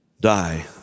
die